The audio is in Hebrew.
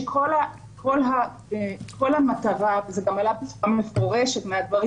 שכל המטרה וזה גם עלה בצורה מפורשת מהדברים,